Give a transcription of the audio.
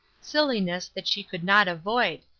sillinesses that she could not avoid,